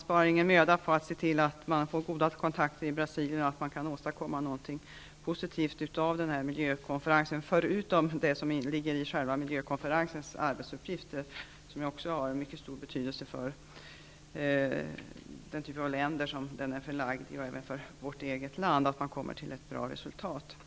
spar någon möda för att se till att man får goda kontakter i Brasilien och att man kan åstadkomma någonting positivt av miljökonferensen, förutom det som ligger i själva konferensens arbetsuppgifter. Det har också en mycket stor betydelse för den typ av länder som Brasilien tillhör och även för vårt eget land, att man kommer till ett bra resultat.